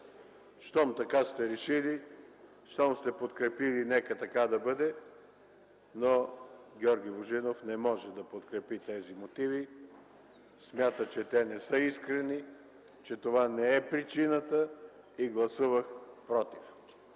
Щом така сте решили, щом сте подкрепили – нека така да бъде, но Георги Божинов не може да подкрепи тези мотиви. Смята, че те не са искрени, че това не е причината и гласувах против.